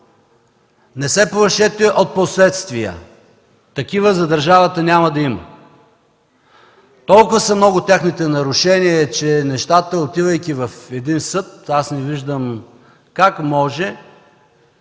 Не се плашете от последствия. Такива за държавата няма да има. Толкова са много техните нарушения, че нещата, отивайки в един съд, аз не виждам как може